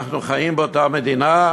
אנחנו חיים באותה מדינה?